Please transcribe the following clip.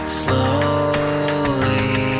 slowly